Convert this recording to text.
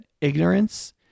ignorance